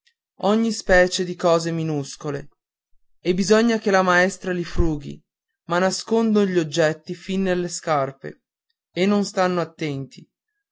ogni specie di cose minuscole e bisogna che la maestra li frughi ma nascondon gli oggetti fin nelle scarpe e non stanno attenti